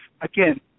Again